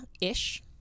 Ish